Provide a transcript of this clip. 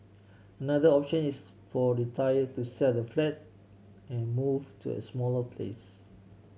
another option is for retiree to sell their flats and move to a smaller place